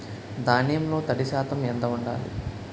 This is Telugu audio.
ధాన్యంలో తడి శాతం ఎంత ఉండాలి?